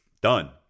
done